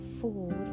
four